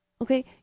Okay